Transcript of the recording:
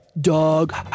dog